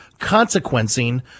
consequencing